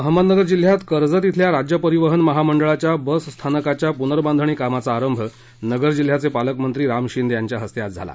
अहमदनगर जिल्ह्यात कर्जत इथल्या राज्य परिवहन महामंडळाच्या बसस्थानकाच्या पुनर्बांधणी कामाचा आरंभ नगर जिल्ह्याचे पालकमंत्री राम शिंदे यांच्या हस्ते आज झाला